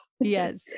Yes